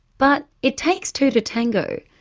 but it takes two to tango,